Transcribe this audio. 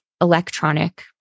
Electronic